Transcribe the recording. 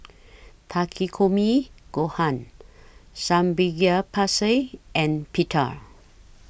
Takikomi Gohan Samgyeopsal and Pita